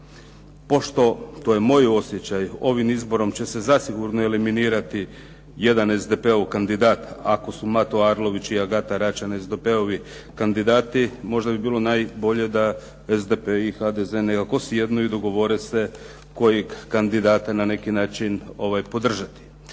pošto, to je moj osjećaj, ovim izborom će se zasigurno eliminirati jedan SDP-ov kandidat ako su Mato Arlović i Agata Račan SDP-ovi kandidati. Možda bi bilo najbolje da SDP i HDZ nekako sjednu i dogovore se kojeg kandidata na neki način podržati.